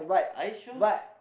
are you sure